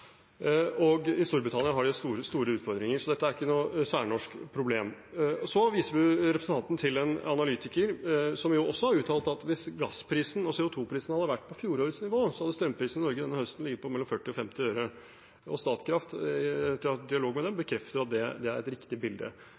og i Storbritannia har de store utfordringer. Så dette er ikke noe særnorsk problem. Så viser representanten til en analytiker som også har uttalt at hvis gassprisen og CO2-prisen hadde vært på fjorårets nivå, hadde strømprisen i Norge denne høsten ligget på mellom 40 øre og 50 øre. Statkraft – etter at vi har hatt dialog med dem – bekrefter at det er et riktig bilde.